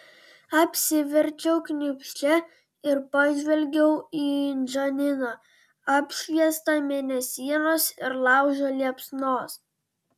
apsiverčiau kniūbsčia ir pažvelgiau į džaniną apšviestą mėnesienos ir laužo liepsnos